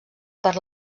per